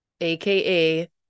aka